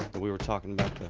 we were talking about